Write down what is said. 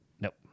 Nope